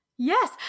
Yes